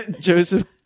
joseph